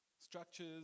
structures